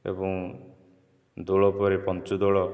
ଏବଂ ଦୋଳ ପରେ ପଞ୍ଚୁ ଦୋଳ